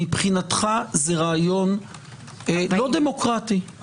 מבחינתך, זה רעיון לא דמוקרטי.